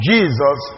Jesus